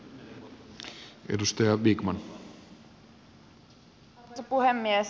arvoisa puhemies